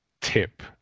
tip